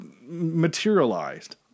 materialized